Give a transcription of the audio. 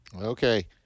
Okay